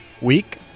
week